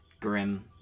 Grim